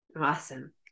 awesome